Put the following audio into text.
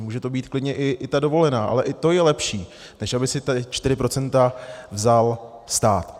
Může to být klidně i ta dovolená, ale i to je lepší, než aby si ta čtyři procenta vzal stát.